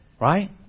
right